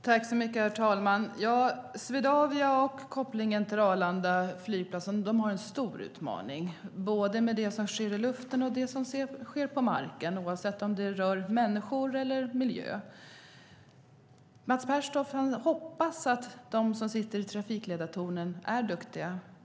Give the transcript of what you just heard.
Herr talman! Swedavia och kopplingen till Arlanda flygplats har en stor utmaning både när det gäller det som sker i luften och det som sker på marken oavsett om det gäller människor eller miljö. Mats Pertoft hoppas att de som sitter i trafikledartornen är duktiga.